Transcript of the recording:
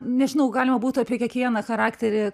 nežinau galima būtų apie kiekvieną charakterį